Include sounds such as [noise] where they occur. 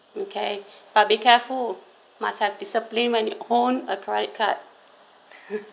okay but be careful must have discipline when you own a credit card [laughs]